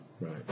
Right